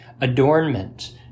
adornment